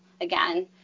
again